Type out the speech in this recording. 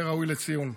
זה ראוי לציון.